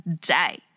day